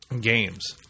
games